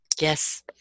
yes